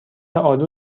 آلو